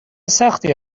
سختی